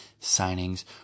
signings